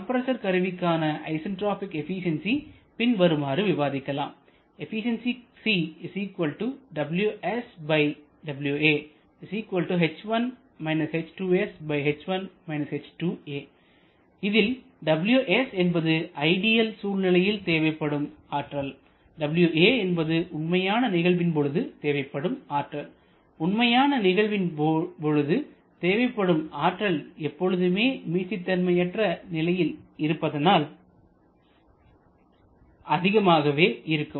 compressor கருவிக்கான isentropic efficiency பின் வருமாறு விவரிக்கலாம் where ws என்பது ஐடியல் சூழ்நிலையில் தேவைப்படும் ஆற்றல் waஎன்பது உண்மையான நிகழ்வின் பொழுது தேவைப்படும் ஆற்றல் உண்மையான நிகழ்வின் பொழுது தேவைப்படும் ஆற்றல் எப்பொழுதுமே மீட்சிதன்மையற்ற நிலை இருப்பதனால் அதிகமாகவே இருக்கும்